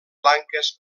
blanques